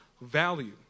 value